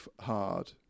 hard